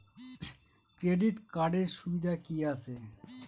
Credit কার্ডের সুবিধা কি আছে?